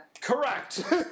Correct